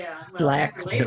slacks